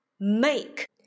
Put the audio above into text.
make